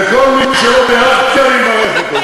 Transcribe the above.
וכל מי שלא בירכתי, אני מברך אותו.